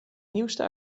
nieuwste